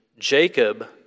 Jacob